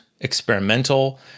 experimental